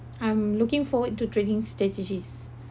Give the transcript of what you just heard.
I'm looking forward to trading strategies